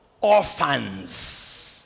orphans